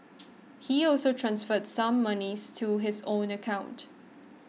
he also transferred some monies to his own account